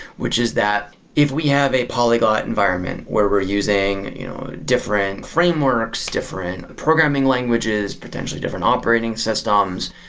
which is that if we have a polyglot environment where we're using different frameworks, different programming languages, potentially different operating systems,